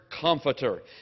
comforter